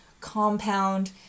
compound